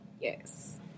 yes